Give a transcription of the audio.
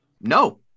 No